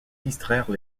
distraire